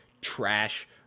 trash